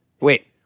Wait